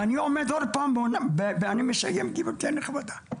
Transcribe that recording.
ואני אומר שוב ואסיים גברתי הנכבדה,